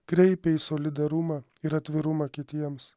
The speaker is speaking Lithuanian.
kreipia į solidarumą ir atvirumą kitiems